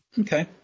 Okay